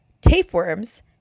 tapeworms